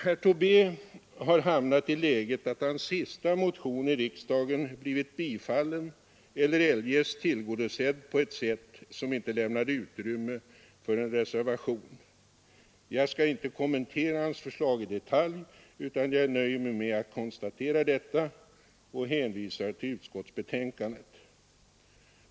Herr Tobé har hamnat i det läget att hans sista motion i riksdagen blivit tillstyrkt eller eljest tillgodosedd på ett sätt som inte lämnade utrymme för en reservation. Jag skall inte kommentera hans förslag i detalj utan nöjer mig med att konstatera detta och hänvisar till utskottsbetänkandet.